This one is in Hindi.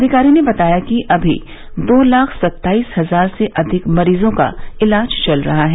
अधिकारी ने बताया कि अभी दो लाख सत्ताइस हजार से अधिक मरीजों का इलाज चल रहा है